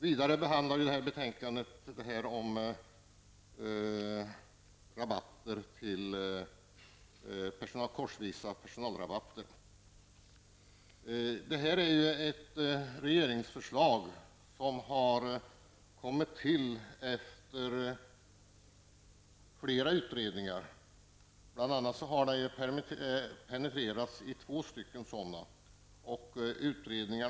Vidare behandlas i betänkandet s.k. korsvisa personalrabatter. Det här regeringsförslaget har kommit till efter bl.a. två utredningar.